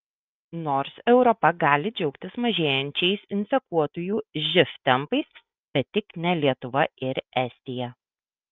nors europa gali džiaugtis mažėjančiais infekuotųjų živ tempais bet tik ne lietuva ir estija